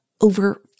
over